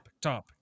topic